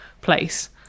place